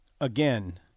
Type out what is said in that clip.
again